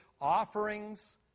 Offerings